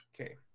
Okay